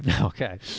Okay